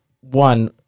one